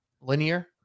linear